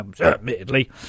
admittedly